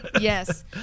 Yes